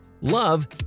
love